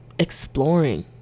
exploring